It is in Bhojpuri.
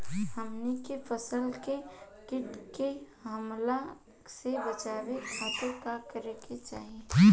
हमनी के फसल के कीट के हमला से बचावे खातिर का करे के चाहीं?